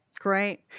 Great